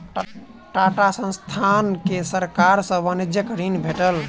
टाटा संस्थान के सरकार सॅ वाणिज्यिक ऋण भेटल